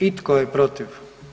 I tko je protiv?